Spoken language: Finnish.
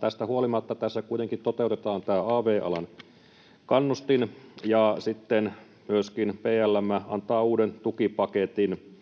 Tästä huolimatta tässä kuitenkin toteutetaan av-alan kannustin ja myöskin PLM antaa uuden tukipaketin.